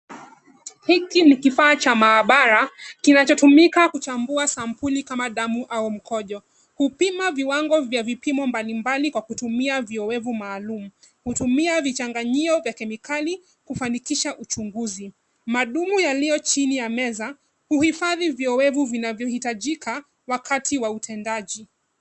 Hiki ni kifaa cha maabara kinachotumika kuchambua sampuli kama damu au mkojo. Hupima viwango vya vipimo mbalimbali kwa kutumia viowevu maalum. Hutumia vichanganyio vya kemikali kufanikisha uchunguzi. Madumu yaliyo chini ya meza, huhifadhi viowevu vinavyohitajika wakati wa utendaji.